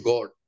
God